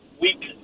week